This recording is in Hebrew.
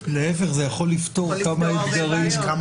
להיפך, זה יכול לפתור כמה אתגרים.